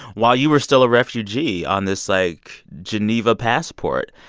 while you were still a refugee on this, like, geneva passport.